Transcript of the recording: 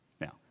Now